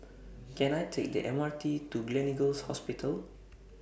Can I Take The M R T to Gleneagles Hospital